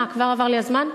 מה, כבר עבר לי הזמן?